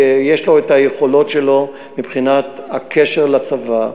יש לו היכולות שלו מבחינת הקשר לצבא: